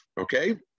okay